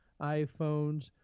iPhones